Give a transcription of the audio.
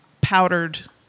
powdered